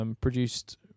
produced